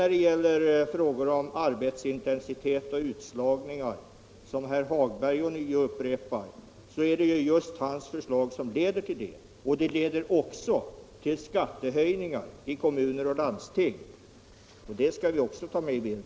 När det gäller risken för ökad arbetsintensitet och utslagning, som herr Hagberg i Borlänge ånyo återkommer till, är det just hans förslag som leder till sådant. Och det leder även till skattehöjningar i kommuner och landsting — det skall vi också ta med i bilden.